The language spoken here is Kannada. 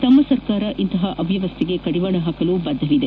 ನಮ್ಮ ಸರ್ಕಾರ ಇಂತಹ ಅವ್ಯವಸ್ಥೆಗೆ ಕಡಿವಾಣ ಹಾಕಲು ಬದ್ದವಿದೆ